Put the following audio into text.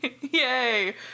Yay